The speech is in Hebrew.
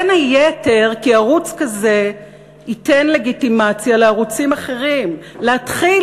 בין היתר כי ערוץ כזה ייתן לגיטימציה לערוצים אחרים להתחיל